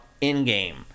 in-game